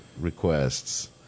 requests